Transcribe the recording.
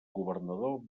governador